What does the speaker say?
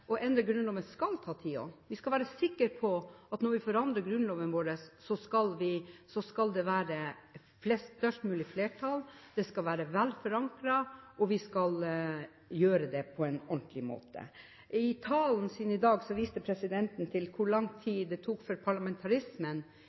å endre Grunnloven skal også ta tid. Vi skal være sikre på at når vi forandrer Grunnloven vår, skal det være størst mulig flertall, det skal være vel forankret, og vi skal gjøre det på en ordentlig måte. I talen sin i dag viste presidenten til hvor lang tid det tok før parlamentarismen